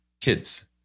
kids